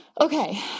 Okay